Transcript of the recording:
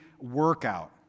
workout